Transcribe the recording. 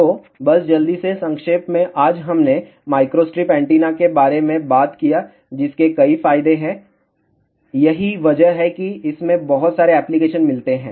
तो बस जल्दी से संक्षेप में आज हमने माइक्रोस्ट्रिप एंटीना के बारे में बात किया जिसके कई फायदे हैं यही वजह है कि इसमें बहुत सारे एप्लिकेशन मिलते हैं